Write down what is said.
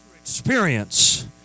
experience